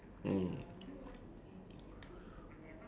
uh like hip uh no not hip hop uh like